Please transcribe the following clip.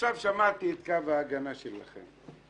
עכשיו שמעתי את קו ההגנה שלכם.